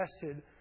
tested